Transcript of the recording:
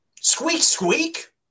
Squeak-squeak